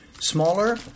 smaller